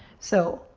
so,